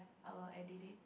our